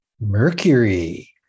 Mercury